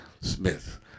Smith